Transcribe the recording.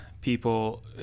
people